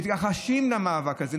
מתכחשים למאבק הזה,